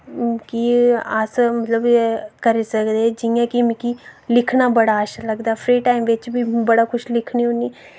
कि अस मतलब कि करी सकदे जि'यां कि मिकी लिखना बड़ा अच्छा लगदा फ्री टाइम बिच बी बड़ा कुछ लिखनी होन्नी